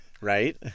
right